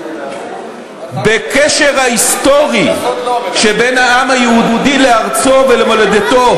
בקשר ההיסטורי שבין העם היהודי לארצו ולמולדתו,